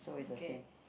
okay